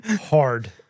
Hard